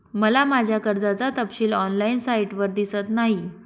मला माझ्या कर्जाचा तपशील ऑनलाइन साइटवर दिसत नाही